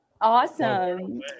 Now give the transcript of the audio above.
awesome